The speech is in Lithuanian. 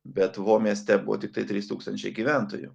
bet vo mieste buvo tiktai trys tūkstančiai gyventojų